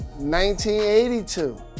1982